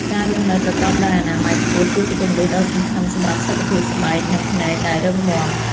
ការរស់នៅប្រកបដោយអនាម័យខ្ពស់គឺជាគន្លឹះដ៏សំខាន់សម្រាប់សុខភាពស្បែក និងភ្នែកដែលរឹងមាំ។